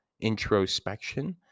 introspection